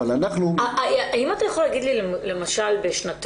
אבל אנחנו- -- האם אתה יכול להגיד לי למשל בשנתון,